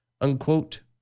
unquote